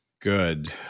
good